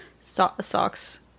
socks